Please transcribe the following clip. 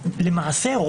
למעשה,